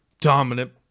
dominant